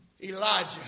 Elijah